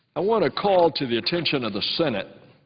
i want to call to the attention of the senate,